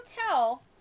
Hotel